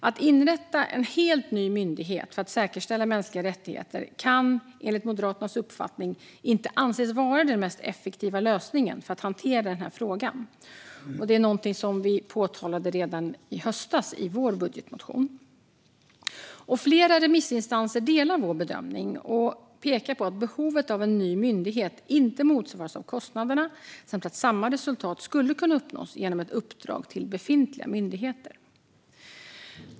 Att inrätta en helt ny myndighet för att säkerställa mänskliga rättigheter kan enligt Moderaternas uppfattning inte anses vara den mest effektiva lösningen för att hantera den här frågan. Detta är något vi påtalade redan i höstas i vår budgetmotion. Flera remissinstanser delar vår bedömning och pekar på att behovet av en ny myndighet inte motsvaras av kostnaderna samt att samma resultat skulle kunna uppnås genom ett uppdrag till befintliga myndigheter.